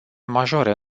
majore